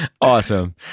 Awesome